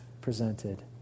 presented